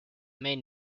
made